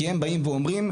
כי הם באים ואומרים,